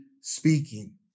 speaking